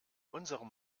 unserem